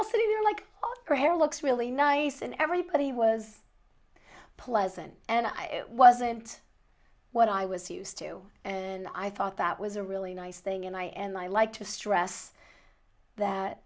hair looks really nice and everybody was pleasant and i wasn't what i was used to and i thought that was a really nice thing and i am i like to stress that